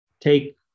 take